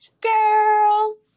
girl